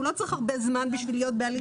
הוא לא צריך הרבה זמן בשביל להיות בעלים